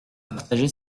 partager